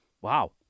Wow